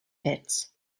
pits